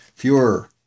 Fewer